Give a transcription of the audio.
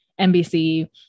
NBC